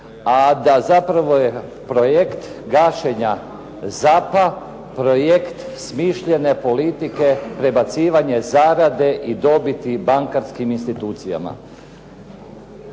a da zapravo je projekt gašenja ZAP-a projekt smišljene politike prebacivanje zarade i dobiti bankarskim institucijama.